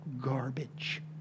garbage